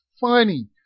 funny